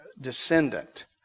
descendant